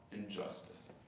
and justice.